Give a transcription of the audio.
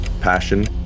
Passion